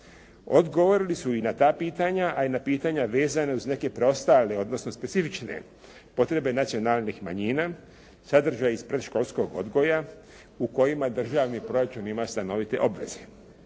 Odgovorili su i na ta pitanja, a i na pitanja vezana uz neke preostale odnosno specifične potrebe nacionalnih manjina, sadržaji iz predškolskog odgoja u kojima državni proračun ima stanovite obveze.